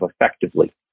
effectively